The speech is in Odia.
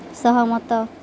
ସହମତ